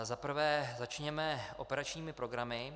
Za prvé začněme operačními programy.